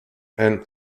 and